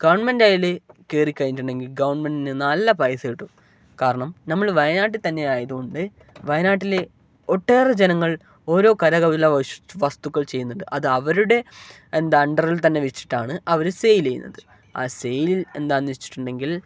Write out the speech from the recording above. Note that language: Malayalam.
ഗെവൺമെൻറ്റയിൽ കയറി കഴിഞ്ഞിട്ട് ഉണ്ടെങ്കിൽ ഗെവൺമെൻറ്റിന് നല്ല പൈസ കിട്ടും കാരണം നമ്മൾ വയനാട്ടിതന്നെ ആയതു കൊണ്ട് വയനാട്ടിലെ ഒട്ടേറെ ജനങ്ങൾ ഓരോ കരകൗശല വസ്തുക്കൾ ചെയ്യുന്നുണ്ട് അതവരുടെ എന്താ അണ്ടറിൽ തന്നെ വെച്ചിട്ടാണ് അവർ സെയിൽ ചെയ്യുന്നത് ആ സെയിൽ എന്താന്ന് വെച്ചിട്ട് ഉണ്ടെങ്കിൽ